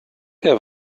der